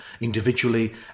individually